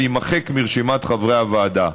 ויימחק מרשימת חברי הוועדה,